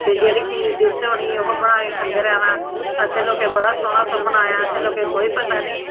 जेह्ड़ी डिश बनानी ते ओह् खंदे रौह्ना असें लोकें बड़ा सोह्ना बनाया असें लोकें कोई पता निं